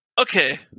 Okay